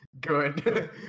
good